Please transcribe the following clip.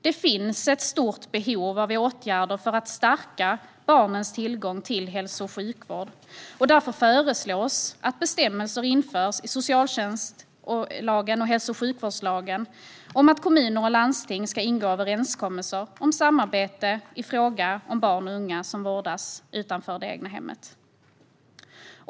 Det finns ett stort behov av åtgärder för att stärka barnens tillgång till hälso och sjukvård. Därför föreslås att bestämmelser införs i socialtjänstlagen och hälso och sjukvårdslagen om att kommuner och landsting ska ingå överenskommelser om samarbete i fråga om barn och unga som vårdas utanför det egna hemmet.